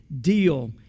deal